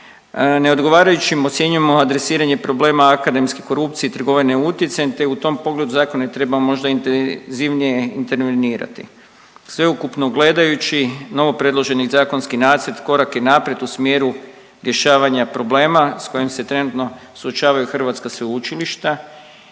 Neodgovarajućim ocjenjujemo adresiranje problema akademske korupcije i trgovanja utjecajem te u tom pogledu zakon je trebao možda intenzivnije intervenirati. Sveukupno gledajući novopredloženi zakonski nacrt korak je naprijed u smjeru rješavanja problema s kojim se trenutno suočavaju hrvatska sveučilišta.